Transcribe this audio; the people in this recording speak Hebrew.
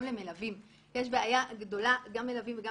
נריב עליה בסוף עוד פעם.